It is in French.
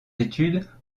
études